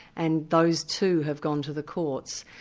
and those, too, have gone to the courts.